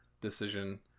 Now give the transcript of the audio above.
decision